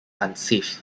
unsafe